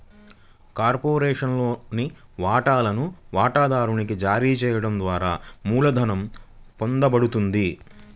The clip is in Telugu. కార్పొరేషన్లోని వాటాలను వాటాదారునికి జారీ చేయడం ద్వారా మూలధనం పొందబడుతుంది